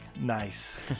Nice